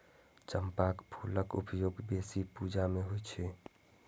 चंपाक फूलक उपयोग बेसी पूजा मे होइ छै